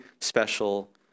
special